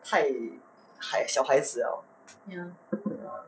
太太小孩子 liao ya